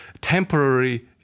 temporary